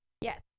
Yes